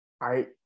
I-